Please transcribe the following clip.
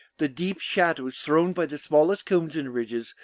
the deep shadows thrown by the smallest cones and ridges,